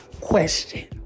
question